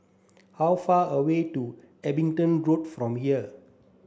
how far away to Abingdon Road from here